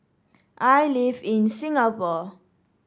I live in Singapore